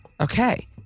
Okay